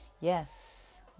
yes